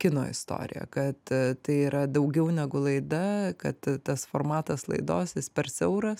kino istorija kad tai yra daugiau negu laida kad tas formatas laidos jis per siauras